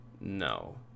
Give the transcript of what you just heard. No